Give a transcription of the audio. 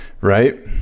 Right